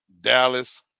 Dallas